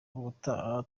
ubutaha